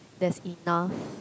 there's enough